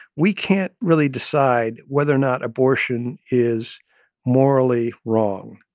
we can't really decide whether or not abortion is morally wrong,